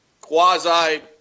quasi